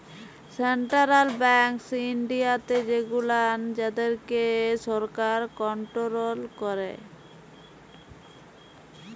central banks ইনডিয়াতে সেগুলান যাদেরকে সরকার কনটোরোল ক্যারে